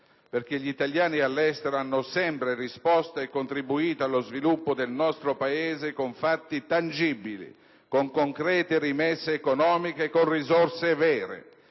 perché gli italiani all'estero hanno sempre risposto e contribuito allo sviluppo del nostro Paese con fatti tangibili, con concrete rimesse economiche, con risorse vere;